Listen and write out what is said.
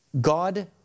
God